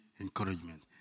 encouragement